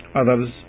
others